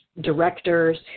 directors